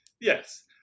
Yes